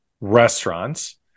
restaurants